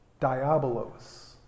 Diabolos